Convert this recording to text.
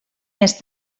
més